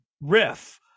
riff